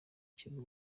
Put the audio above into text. cy’u